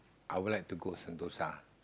I will like to go sentosa